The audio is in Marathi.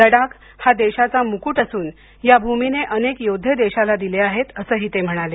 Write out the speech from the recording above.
लडाख हा देशाचा मुकुट असून या भूमिने अनेक योद्वे देशाला दिले आहेत असेही ते म्हणाले